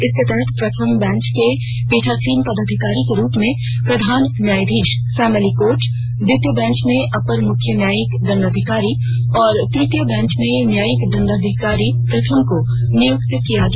इसके तहत प्रथम बेंच के पीठासीन पदाधिकारी के रूप में प्रधान न्यायाधीश फैमिली कोर्ट द्वितीय बेंच में अपर मुख्य न्यायिक दंडाधिकारी और तृतीय बेंच में न्यायिक दंडाधिकारी प्रथम को नियुक्त किया गया